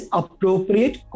appropriate